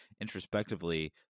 introspectively